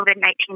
COVID-19